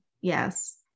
yes